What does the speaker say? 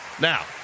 Now